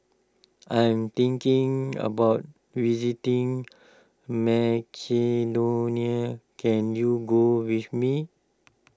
I am thinking about visiting Macedonia can you go with me